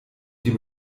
dem